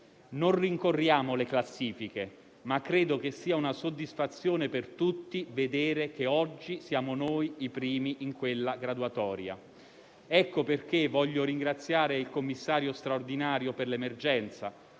Non rincorriamo le classifiche, ma credo che sia una soddisfazione per tutti vedere che oggi noi siamo i primi in quella graduatoria. Ecco perché voglio ringraziare il commissario straordinario per l'emergenza;